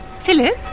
Philip